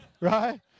right